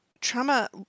trauma